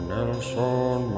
Nelson